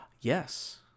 Yes